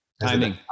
timing